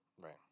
Right